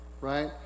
right